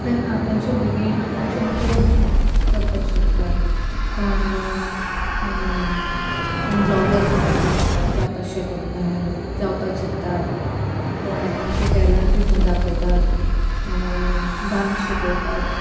तें आतांचें भुरगीं आपणाचें ओन करपा शेकता कोण ब्लॉगर जावपा शकत जावपा चित्ता कोण आपणांचें टॅलंट तितून दाखयतात डांस शिकोयतात